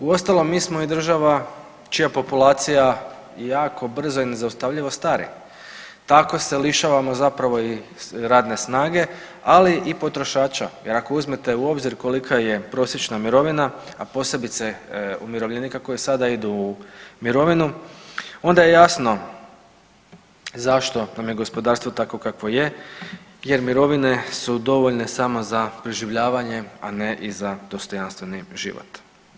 Uostalom mi smo i država čija populacija jako brzo i nezaustavljivo stari, tako se lišavamo zapravo i radne snage, ali i potrošača jer ako uzmete u obzir kolika je prosječna mirovina, a posebice umirovljenika koji sada idu u mirovinu onda je jasno zašto nam je gospodarstvo takvo kakvo je jer mirovine su dovoljne samo za preživljavanje, a ne i za dostojanstveni život.